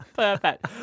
Perfect